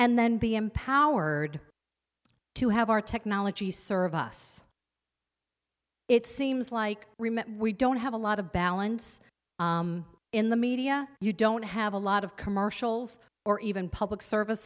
and then be empowered to have our technology serve us it seems like we don't have a lot of balance in the media you don't have a lot of commercials or even public service